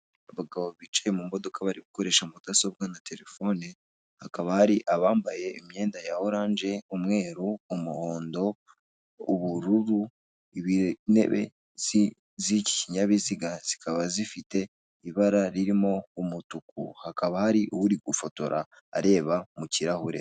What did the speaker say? Abagabo bicaye mu modoka bari gukoresha mudasobwa na telefone, hakaba hari abambaye imyenda ya oranje, umweru, umuhondo, ubururu, intebe z'ikinyabiziga zikaba zifite ibara ririmo umutuku, hakaba hari uri gufotora areba mu kirahure.